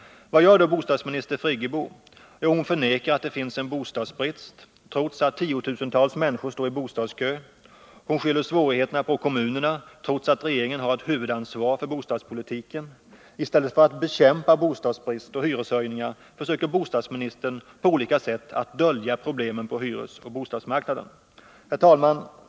Vad gör då bostadsminister Friggebo? Jo, hon förnekar att det finns en bostadsbrist, trots att tiotusentals människor står i bostadskö. Hon skyller svårigheterna på kommunerna, trots att regeringen har ett huvudansvar för bostadspolitiken. I stället för att bekämpa bostadsbrist och hyreshöjningar försöker bostadsministern på olika sätt att dölja problemen på hyresoch bostadsmarknaden. Herr talman!